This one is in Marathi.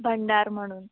भंडार म्हणून